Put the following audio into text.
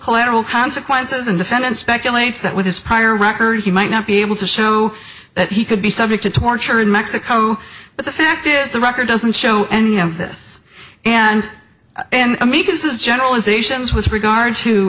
collateral consequences and defendant speculates that with his prior record he might not be able to show that he could be subject to torture in mexico but the fact is the record doesn't show any of this and an amicus is generalizations with regard to